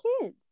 kids